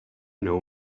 know